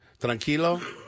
Tranquilo